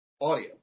audio